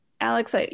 Alex